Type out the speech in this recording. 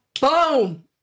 boom